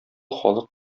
халык